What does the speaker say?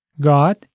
God